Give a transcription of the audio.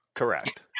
Correct